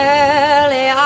early